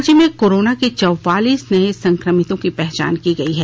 राज्य में कोरोना के चौवालीस नए संक्रमितों की पहचान की गई है